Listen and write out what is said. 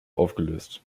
aufgelöst